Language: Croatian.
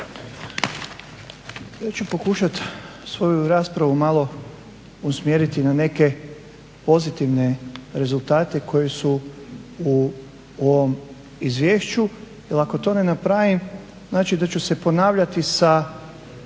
Ja ću pokušati svoju raspravu malo usmjeriti na neke pozitivne rezultate koji su u ovom izvješću jer ako to ne napravim znači da ću se ponavljati sa